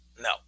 No